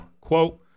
Quote